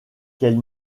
qu’elle